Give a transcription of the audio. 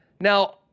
Now